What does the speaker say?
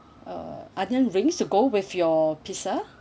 uh onion rings to go with your pizza